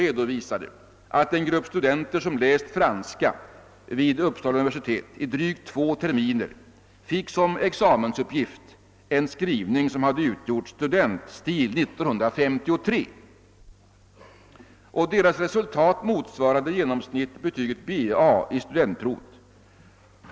En grupp studenter som läst franska vid Uppsala universitet i drygt två terminer fick som examensuppgift en skrivning som hade utgjort studentstil 1953, och deras resultat motsvarade i genomsnitt betyget Ba i studentprovet.